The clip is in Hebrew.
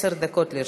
עשר דקות לרשותך.